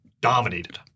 dominated